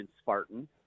Spartan